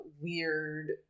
weird